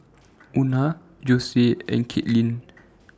Una Josue and Kaitlin